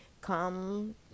come